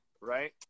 Right